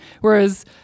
whereas